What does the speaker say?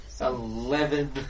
Eleven